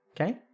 Okay